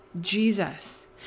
Jesus